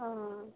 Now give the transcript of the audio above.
ও